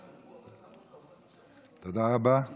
תודה, אדוני.